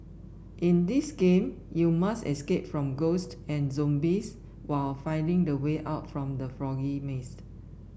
in this game you must escape from ghosts and zombies while finding the way out from the foggy maze